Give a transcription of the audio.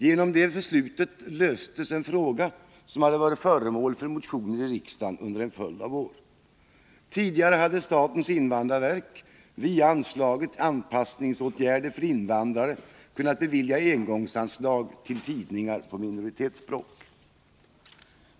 Genom det beslutet löstes en fråga som hade varit föremål för motioner i riksdagen under en följd av år. Tidigare hade statens invandrarverk via anslaget Anpassningsåtgärder för invandrare kunnat bevilja engångsanslag till tidningar på minoritetsspråk.